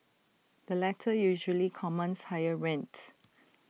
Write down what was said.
the latter usually commands higher rent